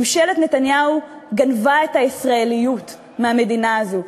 ממשלת נתניהו גנבה את הישראליות מהמדינה הזו.